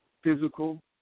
physical